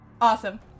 Awesome